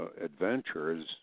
adventures